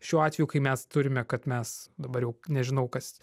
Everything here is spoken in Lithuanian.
šiuo atveju kai mes turime kad mes dabar nežinau kas